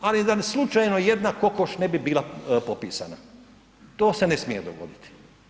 Ali da slučajno jedna kokoš ne bi bila popisana, to se ne smije dogoditi.